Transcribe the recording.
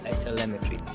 telemetry